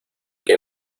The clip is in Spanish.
que